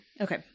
Okay